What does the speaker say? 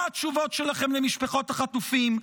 מה התשובות שלכם למשפחות החטופים?